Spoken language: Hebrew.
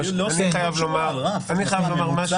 אני חייב לומר משהו,